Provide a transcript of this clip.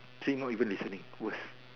see not even listening worse